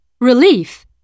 Relief